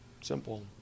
simple